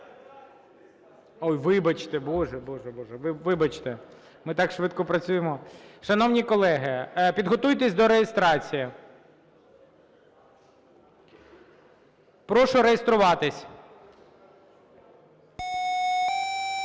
Ой, вибачте. Боже, вибачте, ми так швидко працюємо. Шановні колеги, підготуйтеся до реєстрації. Прошу реєструватися. 15:10:06